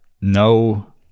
no